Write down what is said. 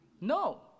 No